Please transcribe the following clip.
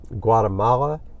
Guatemala